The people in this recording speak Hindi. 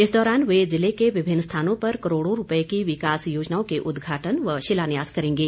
इस दौरान वे जिले के विभिन्न स्थानों पर करोड़ों रुपए की विकास योजनाओं के उदघाटन व शिलान्यास करेंगे